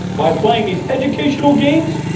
by playing these educational games,